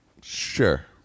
Sure